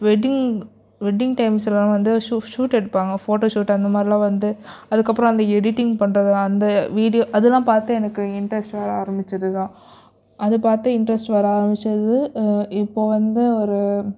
wedding wedding டைம்ஸ்லெலாம் வந்து shoot எடுப்பாங்க ஃபோட்டோ ஷூட் அந்தமாதிரில்லாம் வந்து அதுக்கப்புறம் அந்த எடிட்டிங் பண்ணுறது அந்த வீடியோ அதெல்லாம் பார்த்து எனக்கு இன்ட்ரெஸ்ட் வர ஆரம்பித்தது தான் அது பார்த்து இன்ட்ரெஸ்ட் வர ஆரம்பித்தது இப்போது வந்து ஒரு